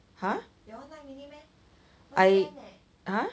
!huh! I !huh!